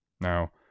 Now